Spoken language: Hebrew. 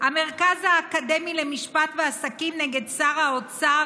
המרכז האקדמי למשפט ועסקים נגד שר האוצר,